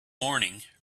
morning